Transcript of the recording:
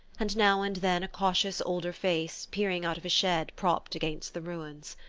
and now and then a cautious older face peering out of a shed propped against the ruins.